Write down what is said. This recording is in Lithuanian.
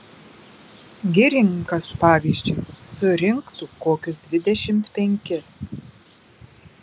girininkas pavyzdžiui surinktų kokius dvidešimt penkis